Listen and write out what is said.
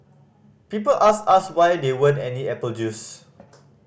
people asked us why there weren't any apple juice